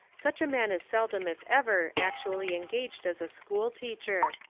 such a man is seldom if ever actually engaged as a school teacher.